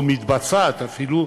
לא מתבצעת אפילו,